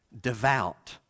devout